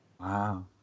Wow